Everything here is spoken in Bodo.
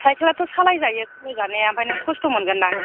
साइकेलआथ' सालायजायो सालायजानाया ओमफ्राय नों खस्थ' मोनगोन ना